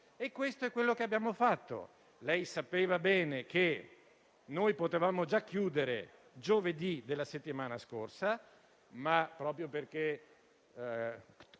Questo è quello che abbiamo fatto. Lei sapeva bene che noi potevamo già chiudere giovedì della settimana scorsa; ma, proprio perché